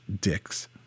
dicks